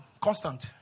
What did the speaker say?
constant